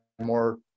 more